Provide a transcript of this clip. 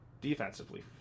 Defensively